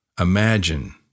Imagine